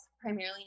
primarily